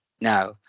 Now